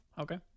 Okay